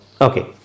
Okay